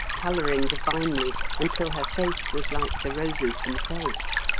colouring divinely until her face was like the roses themselves.